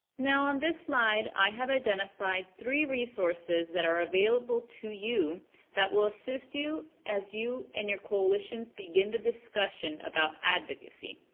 now, on this slide i have identified three resources that are available to you that will assist you as you and your coalition begin the discussion about advocacy.